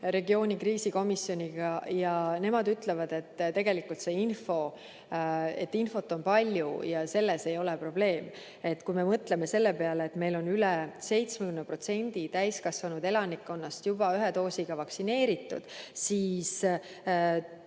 lõunaregiooni kriisikomisjoniga. Nemad ütlevad, et tegelikult infot on palju ja selle puudumises ei ole probleem. Kui me mõtleme selle peale, et meil on üle 70% täiskasvanud elanikkonnast juba ühe doosiga vaktsineeritud, siis